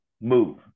move